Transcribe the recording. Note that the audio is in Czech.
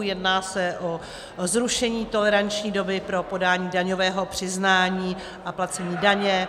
Jedná se o zrušení toleranční doby pro podání daňového přiznání a placení daně.